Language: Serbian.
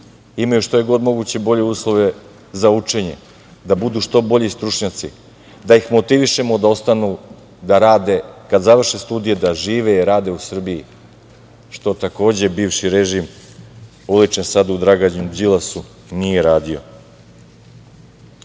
imaju što je god moguće bolje uslove za učenje, da budu što bolji stručnjaci, da ih motivišemo da ostanu da rade, kad završe studije, da žive i rade u Srbiji, što takođe bivši režim oličen sad u Draganu Đilasu nije radio. Imamo